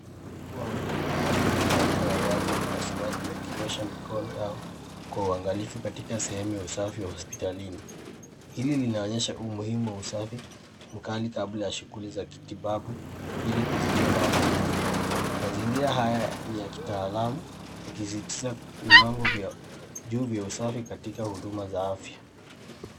Wahudumu wa afya wamevalia mavazi ya upasuaji wakiosha mikono yao kwa uangalifu katika sehemu ya usafi hospitalini. Hili linaonyesha umuhimu wa usafi mkali kabla ya shughuli za kitibabu ili kuzuia maambukizi. Mazingira haya ni ya kitaalamu yakisisitiza viwango vya juu vya usafi katika huduma za afya.